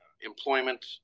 employment